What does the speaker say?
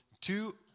two